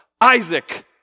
Isaac